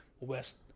West